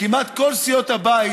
כמעט כל סיעות הבית